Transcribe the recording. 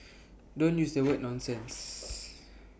don't use the word nonsense